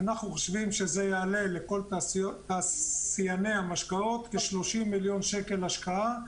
אנחנו חושבים שזה יעלה לכל תעשייני המשקאות כ-30 מיליון שקלים השקעה.